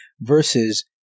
versus